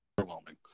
overwhelming